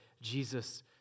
Jesus